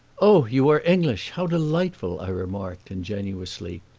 oh, you are english how delightful! i remarked, ingenuously.